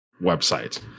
website